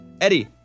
Eddie